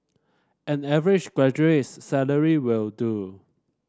an average graduate's salary will do